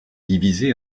divisé